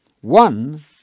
One